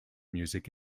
music